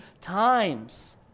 times